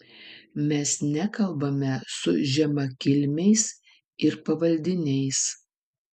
mes nekalbame su žemakilmiais ir pavaldiniais